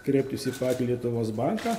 kreiptis į patį lietuvos banką